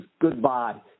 goodbye